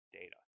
data